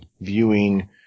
viewing